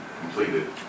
completed